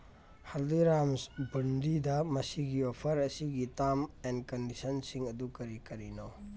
ꯍꯜꯗꯤꯔꯥꯝꯁ ꯕꯨꯟꯗꯤꯗ ꯃꯁꯤꯒꯤ ꯑꯣꯐꯔ ꯑꯁꯤꯒꯤ ꯇꯥꯝ ꯑꯦꯟ ꯀꯟꯗꯤꯁꯟꯁꯤꯡ ꯑꯗꯨ ꯀꯔꯤ ꯀꯔꯤꯅꯣ